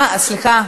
סליחה.